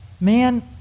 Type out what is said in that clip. man